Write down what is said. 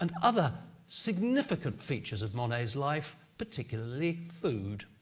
and other significant features of monet's life, particularly food.